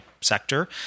sector